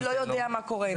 אני לא יודע מה קורה עם זה.